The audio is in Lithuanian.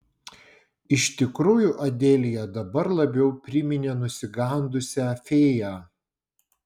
iš tikrųjų adelija dabar labiau priminė nusigandusią fėją